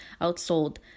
outsold